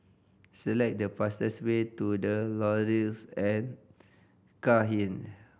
select the fastest way to The Laurels at Cairnhill